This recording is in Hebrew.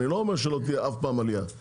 אני לא אומר שלא תהיה אף פעם עלייה,